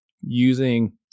using